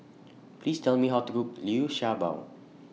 Please Tell Me How to Cook Liu Sha Bao